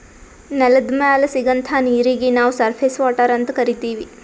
ನೆಲದ್ ಮ್ಯಾಲ್ ಸಿಗಂಥಾ ನೀರೀಗಿ ನಾವ್ ಸರ್ಫೇಸ್ ವಾಟರ್ ಅಂತ್ ಕರೀತೀವಿ